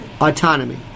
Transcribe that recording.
autonomy